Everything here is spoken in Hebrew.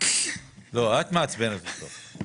לא, את מעצבנת אותו.